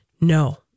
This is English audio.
No